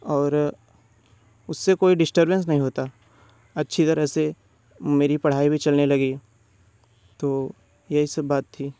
और उससे कोई डिस्टर्बेन्स नहीं होता अच्छी तरह से मेरी पढ़ाई भी चलने लगी तो यही सब बात थी